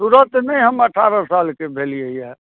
तुरत नहि हम अठारह सालके भेलियैए